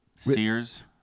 Sears